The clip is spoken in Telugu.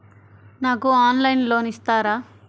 నాకు ఆన్లైన్లో లోన్ ఇస్తారా?